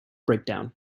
breakdown